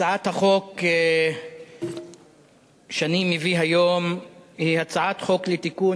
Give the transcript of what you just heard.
הצעת החוק שאני מביא היום היא הצעת חוק לתיקון